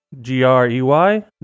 G-R-E-Y